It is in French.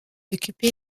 occupé